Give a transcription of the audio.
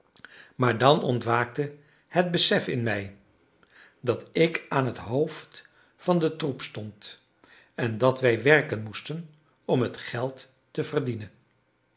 maar dan ontwaakte het besef in mij dat ik aan het hoofd van den troep stond en dat wij werken moesten om het geld te verdienen